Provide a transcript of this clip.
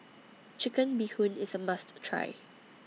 Chicken Bee Hoon IS A must Try